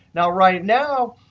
now right now,